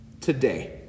today